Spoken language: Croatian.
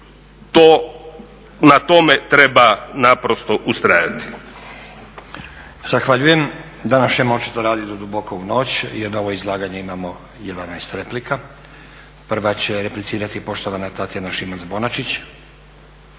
put na tome treba naprosto ustrajati.